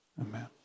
amen